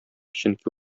чөнки